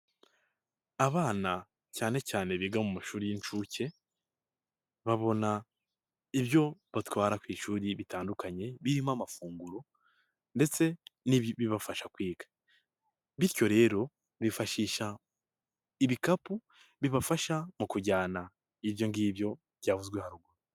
Abana cyane cyane biga mu mashuri y'inshuke babona ibyo batwara ku ishuri bitandukanye birimo amafunguro ndetse n'bibafasha kwiga, bityo rero bifashisha ibikapu bibafasha mu kujyana ibyo ngibyo byavuzwe haruguru.